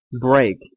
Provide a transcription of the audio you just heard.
break